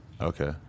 Okay